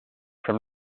from